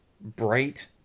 bright